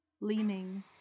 leaning